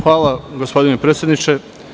Hvala, gospodine predsedniče.